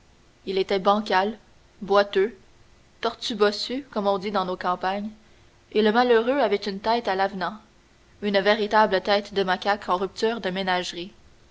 il était bancal boiteux tortu bossu comme on dit dans nos campagnes et le malheureux avait une tête à l'avenant une véritable tête de macaque en rupture de ménagerie